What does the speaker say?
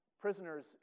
Prisoners